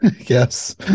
Yes